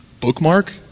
bookmark